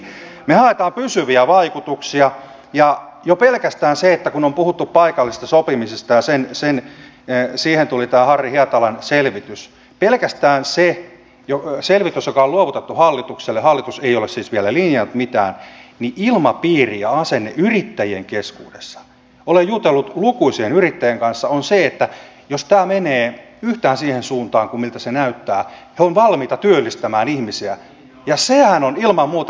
me haemme pysyviä vaikutuksia ja kun on puhuttu paikallisesta sopimisesta ja siihen tuli tämä harri hietalan selvitys niin jo pelkästään sen selvityksen joka on luovutettu hallitukselle hallitus ei ole siis vielä linjannut mitään myötä ilmapiiri ja asenne yrittäjien keskuudessa olen jutellut lukuisien yrittäjien kanssa on se että jos tämä menee yhtään siihen suuntaan kuin miltä näyttää he ovat valmiita työllistämään ihmisiä ja sehän on ilman muuta